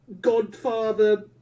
godfather